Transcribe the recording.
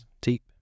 Deep